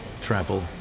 travel